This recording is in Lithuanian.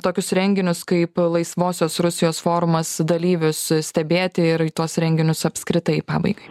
tokius renginius kaip laisvosios rusijos formas dalyvius stebėti ir į tuos renginius apskritai pabaigai